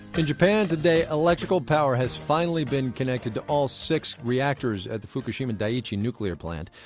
in japan today, electrical power has finally been connected to all six reactors at the fukushima daiichi nuclear plant.